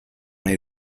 nahi